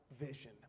vision